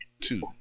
two